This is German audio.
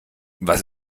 was